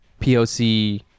POC